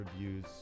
reviews